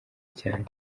cyane